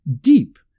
deep